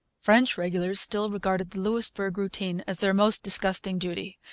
french regulars still regarded the louisbourg routine as their most disgusting duty.